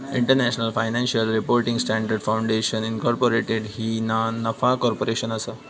international financial reporting standards foundation incorporated ही ना नफा कॉर्पोरेशन असा